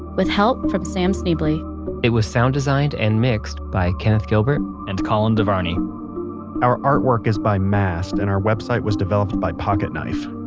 with help from sam schneble. yeah it was sound designed and mix by kenneth gilbert and colin devarney our artwork is by mast and our website was developed by pocketknife.